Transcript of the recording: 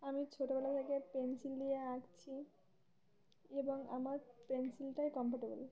আমি ছোটোবেলা থেকে পেনসিল দিয়ে আঁকছি এবং আমার পেন্সিলটাই কমফোর্টেবল